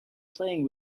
playing